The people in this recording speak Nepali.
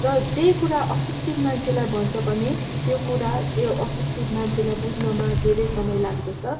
र त्यही कुरा अशिक्षित मान्छेलाई भन्छ भने त्यो कुरा अशिक्षित मान्छेलाई बुझ्नमा धेरै समय लाग्दछ